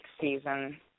season